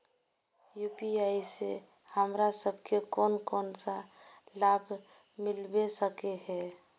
UPI से हमरा सब के कोन कोन सा लाभ मिलबे सके है?